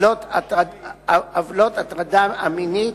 עוולות ההטרדה המינית,